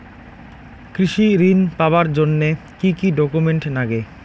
কৃষি ঋণ পাবার জন্যে কি কি ডকুমেন্ট নাগে?